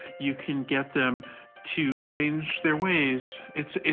you can get them to change their ways. it's,